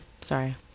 Sorry